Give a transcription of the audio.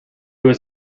was